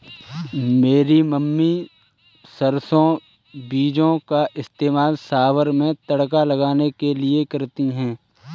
मेरी मम्मी सरसों बीजों का इस्तेमाल सांभर में तड़का लगाने के लिए करती है